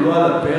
הוא לא על הפרק,